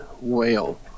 Whale